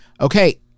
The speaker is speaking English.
okay